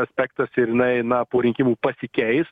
aspektas ir jinai na po rinkimų pasikeis